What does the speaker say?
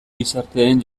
gizarteen